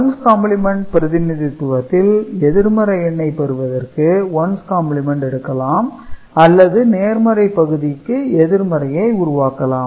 once complement பிரதிநிதித்துவத்தில் எதிர்மறை எண்ணை பெறுவதற்கு ஒன்ஸ் காம்பிளிமெண்ட் எடுக்கலாம் அல்லது நேர்மறை பகுதிக்கு எதிர்மறையை உருவாக்கலாம்